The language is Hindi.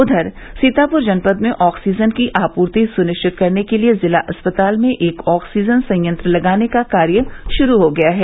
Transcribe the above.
उधर सीतापुर जनपद में ऑक्सीजन की आपूर्ति सुनिश्चित करने के लिये जिला अस्पताल में एक ऑक्सीजन संयंत्र लगाने का कार्य शुरू हो गया है